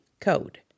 code